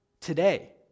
Today